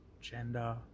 gender